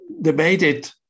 debated